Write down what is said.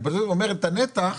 אני פשוט אומר את הנתח,